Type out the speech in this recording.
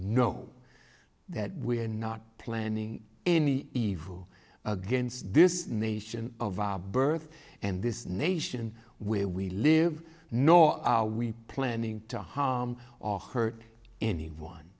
know that we are not planning any evil against this nation of our birth and this nation where we live nor are we planning to harm or hurt anyone